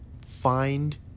find